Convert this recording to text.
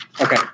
Okay